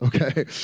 okay